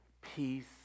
peace